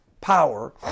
power